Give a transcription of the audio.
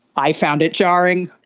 i found it jarring.